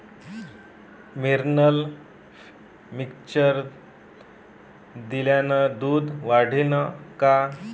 Mineral mixture दिल्यानं दूध वाढीनं का?